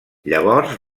llavors